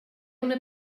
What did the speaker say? una